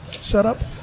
setup